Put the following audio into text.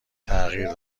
تغییر